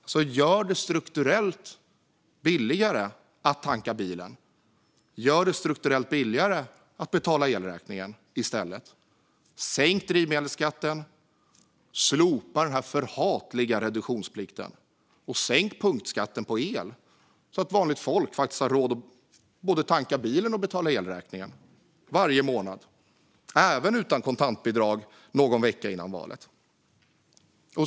Gör det i stället strukturellt billigare att tanka bilen och betala elräkningen! Sänk drivmedelsskatten, slopa den förhatliga reduktionsplikten och sänk punktskatten på el, så att vanligt folk har råd att både tanka bilen och betala elräkningarna varje månad, även utan kontantbidrag någon vecka före valet.